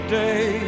day